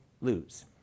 lose